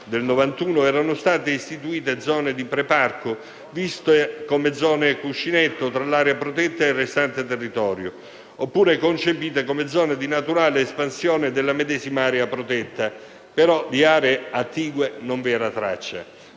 del 1991, erano state istituite zone di pre-parco, viste come zone "cuscinetto" fra l'area protetta e il restante territorio, concepite come zone di naturale espansione della medesima area protetta, ma di aree contigue non vi era traccia.